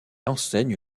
enseigne